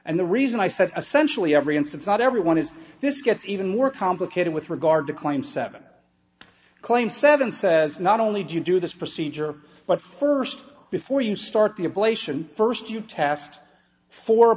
and the reason i said essentially every instance not everyone is this gets even more complicated with regard to claim seven claims seven says not only do you do this procedure but first before you start the ablation first you test for